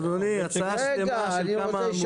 אדוני, הצעה שלמה של כמה עמודים.